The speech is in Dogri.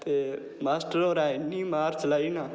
ते मास्टर होरें इ'न्नी मार चलाई ना